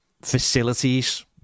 facilities